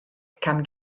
cam